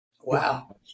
Wow